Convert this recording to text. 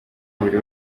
buri